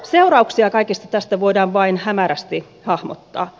seurauksia kaikesta tästä voidaan vain hämärästi hahmottaa